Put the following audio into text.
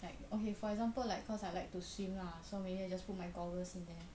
like okay for example like cause I like to swim lah so maybe I just put my goggles in there